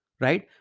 right